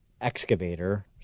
excavator